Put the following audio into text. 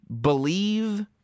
believe